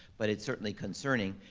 but it's certainly concerning,